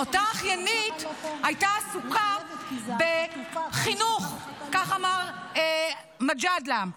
אותה אחיינית הייתה עסוקה בחינוך, כך אמר מג'אדלה.